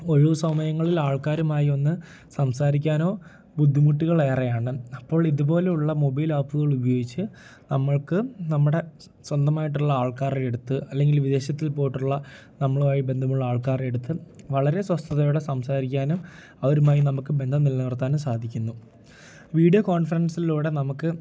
ഒഴിവു സമയങ്ങളിൽ ആൾക്കാരുമായി ഒന്ന് സംസാരിക്കാനോ ബുദ്ധിമുട്ടുകൾ ഏറെയാണ് അപ്പോൾ ഇതുപോലുള്ള മൊബൈൽ ആപ്പ്കൾ ഉപയോഗിച്ച് നമ്മൾക്ക് നമ്മുടെ സ്വന്തമായിട്ടുള്ള ആൾക്കാരുടെ അടുത്ത് അല്ലെങ്കിൽ വിദേശത്തിൽ പോയിട്ടുള്ള നമ്മളുമായി ബന്ധമുള്ള ആൾക്കാര്ടെരു അടുത്ത് വളരെ സ്വസ്ഥതയോടെ സംസാരിക്കാനും അവരുമായി നമുക്ക് ബന്ധം നിലനിർത്താനും സാധിക്കുന്നു വീഡിയോ കോൺഫറൻസിലൂടെ നമുക്ക്